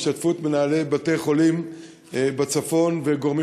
בהשתתפות מנהלי בתי-חולים בצפון וגורמים